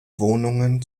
wohnungen